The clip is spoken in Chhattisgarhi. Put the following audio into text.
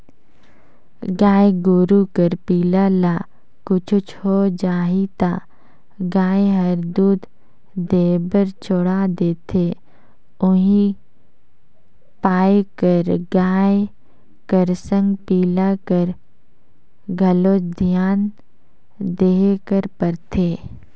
गाय गोरु कर पिला ल कुछु हो जाही त गाय हर दूद देबर छोड़ा देथे उहीं पाय कर गाय कर संग पिला कर घलोक धियान देय ल परथे